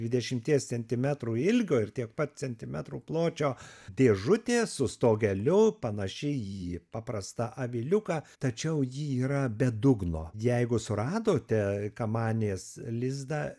dvidešimties centimetrų ilgio ir tiek pat centimetrų pločio dėžutė su stogeliu panaši į paprastą aviliuką tačiau ji yra be dugno jeigu suradote kamanės lizdą